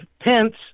Pence